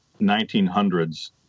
1900s